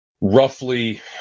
roughly